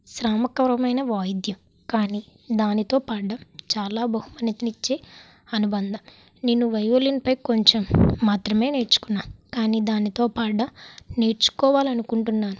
స్రమకరమైన వాయిద్యం కానీ దానితో పాడడం చాలా బహుమతినిచ్చే అనుబంధం నేను వయోలిన్పై కొంచెం మాత్రమే నేర్చుకున్న కానీ దానితో పాడ్డం నేర్చుకోవాలి అనుకుంటున్నాను